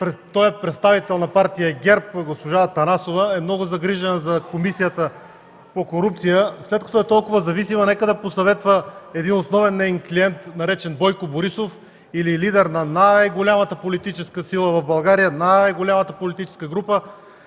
представител на партия ГЕРБ, е много загрижена за Комисията за борба с корупцията. След като е толкова зависима, нека да посъветва един основен неин клиент, наречен Бойко Борисов – лидер на най-голямата политическа сила в България, на най-голямата политическа група